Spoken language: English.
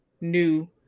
new